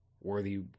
worthy